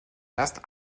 erst